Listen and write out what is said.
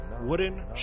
wooden